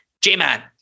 J-Man